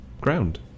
ground